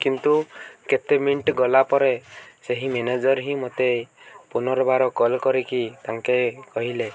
କିନ୍ତୁ କେତେ ମିନିଟ୍ ଗଲା ପରେ ସେହି ମ୍ୟାନେଜର୍ ହିଁ ମୋତେ ପୁନର୍ବାର କଲ୍ କରିକି ତାଙ୍କେ କହିଲେ